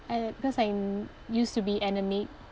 and because I'm used to be anaemic